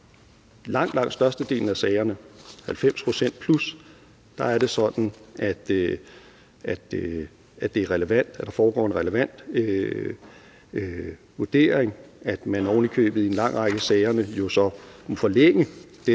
langt størstedelen af sagerne – over 90 pct. – sådan, at der foregår en relevant vurdering, og at man oven i købet i en lang række af sagerne må forlænge